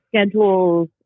schedules